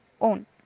own